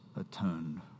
atoned